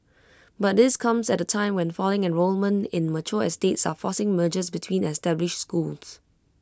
but this comes at A time when falling enrolment in mature estates are forcing mergers between established schools